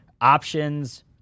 options